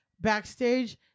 backstage